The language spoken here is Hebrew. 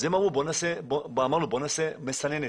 אמרנו שנעשה מסננת.